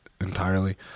Entirely